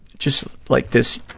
just like this,